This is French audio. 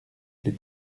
les